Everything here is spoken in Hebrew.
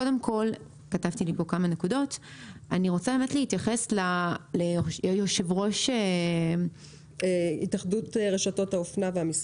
קודם כל אני רוצה באמת להתייחס ליו"ר התאחדות רשתות האופנה והמסחר,